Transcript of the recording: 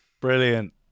Brilliant